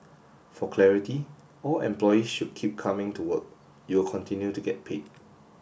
for clarity all employees should keep coming to work you will continue to get paid